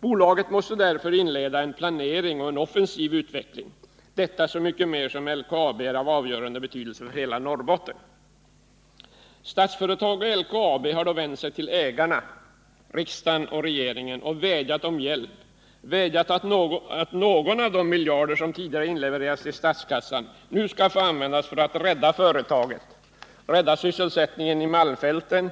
Bolaget måste därför inleda en planering och offensiv utveckling — detta så mycket mer som LKAB är av avgörande betydelse för hela Norrbotten. Statsföretag och LKAB har då vänt sig till ägarna — riksdag och regering — och vädjat om hjälp, vädjat om att någon av de miljarder som tidigare inlevererats till statskassan nu skall få användas för att rädda företaget, rädda sysselsättningen i malmfälten